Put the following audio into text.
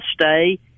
stay